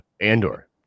Andor